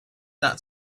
not